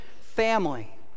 family